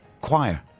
choir